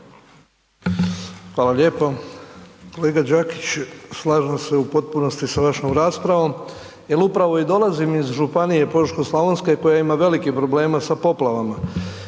Hvala lijepo. Kolega Đakić, slažem se u potpunosti sa vašom raspravom jer upravo i dolazim iz županije Požeško-slavonske koja ima velikih problema sa poplavama.